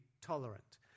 tolerant